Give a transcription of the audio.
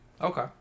Okay